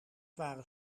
waren